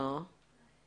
הזרעה בתקנות נדרשים